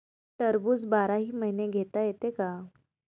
टरबूज बाराही महिने घेता येते का?